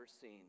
seen